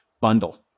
bundle